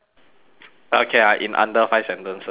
okay ya in under five sentences lah so